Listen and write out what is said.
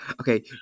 Okay